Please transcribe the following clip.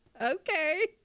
okay